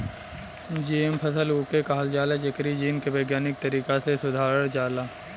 GM फसल उके कहल जाला जेकरी जीन के वैज्ञानिक तरीका से सुधारल जाला